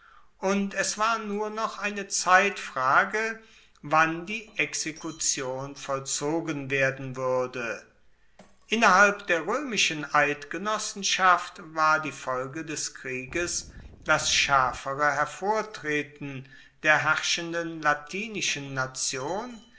und es war nur noch eine zeitfrage wann die exekution vollzogen werden wuerde innerhalb der roemischen eidgenossenschaft war die folge des krieges das schaerfere hervortreten der herrschenden latinischen nation